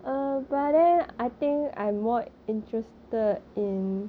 err but then I think I'm more interested in